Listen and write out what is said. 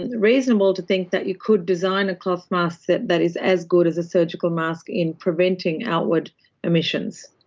and reasonable to think that you could design a cloth mask that that is as good as a surgical mask in preventing outward emissions.